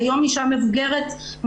היא היום אישה מבוגרת, מצליחה,